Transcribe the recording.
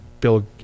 bill